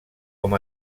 com